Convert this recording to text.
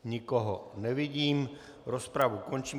Nikoho nevidím, rozpravu končím.